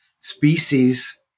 species